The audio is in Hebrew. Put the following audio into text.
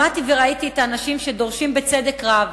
שמעתי וראיתי את האנשים שדורשים, בצדק רב,